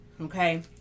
Okay